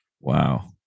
Wow